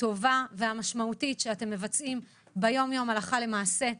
הטובה והמשמעותית שאתם מבצעים ביום-יום הלכה למעשה.